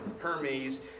Hermes